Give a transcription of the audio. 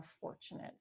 fortunate